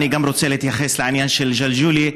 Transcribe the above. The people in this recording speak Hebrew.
גם אני רוצה להתייחס לעניין של ג'לג'וליה.